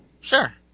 Sure